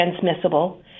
transmissible